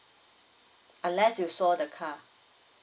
unless you sold the car